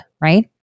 right